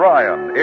Ryan